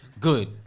Good